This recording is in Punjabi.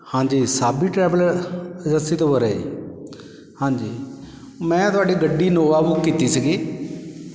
ਹਾਂਜੀ ਸਾਬੀ ਟਰੈਵਲ ਏਜੰਸੀ ਤੋਂ ਹਾਂਜੀ ਮੈਂ ਤੁਹਾਡੀ ਗੱਡੀ ਇਨੋਵਾ ਬੁੱਕ ਕੀਤੀ ਸੀਗੀ